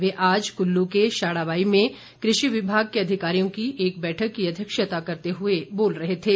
वे आज कुल्लू के शाढ़ाबाई में कृषि विमाग के अधिकारियों की एक बैठक की अध्यक्षता करते हुए बोल रहे थे